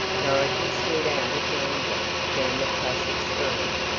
dorothy slid out of danger down the placid stream.